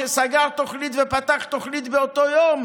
שסגר תוכנית ופתח תוכנית באותו יום?